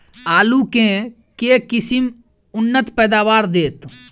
आलु केँ के किसिम उन्नत पैदावार देत?